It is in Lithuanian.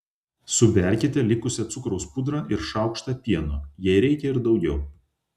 suberkite likusią cukraus pudrą ir šaukštą pieno jei reikia ir daugiau